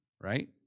right